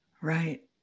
right